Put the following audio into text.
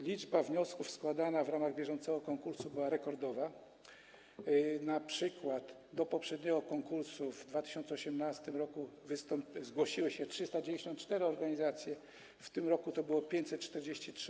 Liczba wniosków składana w ramach bieżącego konkursu była rekordowa, np. do poprzedniego konkursu w 2018 r. zgłosiły się 394 organizacje, w tym roku było ich 543.